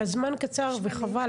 הזמן קצר וחבל.